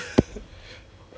then 你有 Viu